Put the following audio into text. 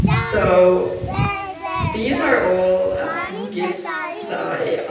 so these are all gifs that i